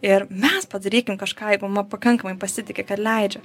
ir mes padarykim kažką jeigu ma pakankamai pasitiki kad leidžia